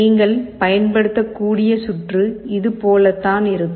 நீங்கள் பயன்படுத்தக்கூடிய சுற்று இது போல தான் இருக்கும்